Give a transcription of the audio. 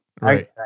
right